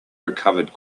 recovered